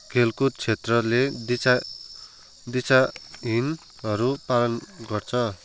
खेलकुद क्षेत्रले दिशा दिशाहीनहरू पालन गर्छ